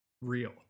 real